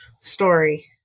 story